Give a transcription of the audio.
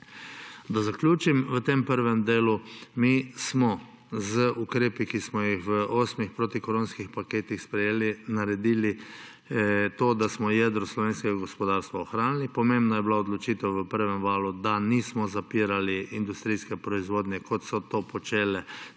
Naj zaključim v tem prvem delu. Mi smo z ukrepi, ki smo jih v osmih protikoronskih paketih sprejeli, naredili to, da smo jedro slovenskega gospodarstva ohranili. Pomembna je bila odločitev v prvem valu, da nismo zapirali industrijske proizvodnje, kot so to počele